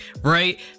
right